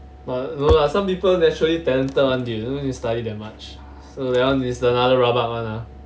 but no lah some people naturally talented [one] they don't need to study that much so that one is another rabak one ah